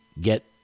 get